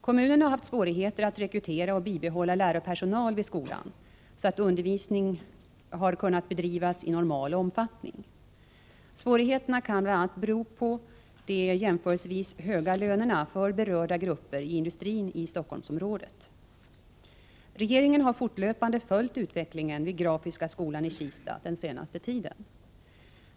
Kommunen har haft svårigheter att rekrytera och bibehålla lärarpersonal vid skolan så att undervisning har kunnat bedrivas i normal omfattning. Svårigheterna kan bl.a. bero på de jämförelsevis höga lönerna för berörda grupper i industrin i Stockholmsområdet. Regeringen har fortlöpande följt utvecklingen vid Grafiska skolan i Kista den senaste tiden.